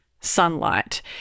sunlight